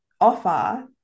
offer